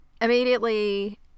Immediately